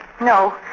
No